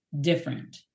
different